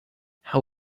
how